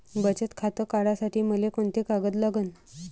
बचत खातं काढासाठी मले कोंते कागद लागन?